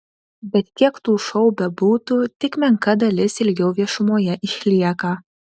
bet kiek tų šou bebūtų tik menka dalis ilgiau viešumoje išlieka